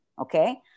okay